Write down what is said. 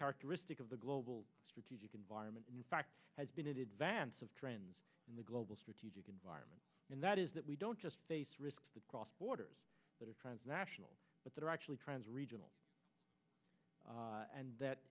characteristic of the global strategic environment and in fact has been an advance of trends in the global strategic environment and that is that we don't just face risks that cross borders that are transnational but they're actually trends regional and that